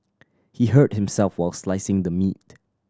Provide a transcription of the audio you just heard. he hurt himself while slicing the meat